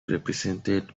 represented